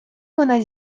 вона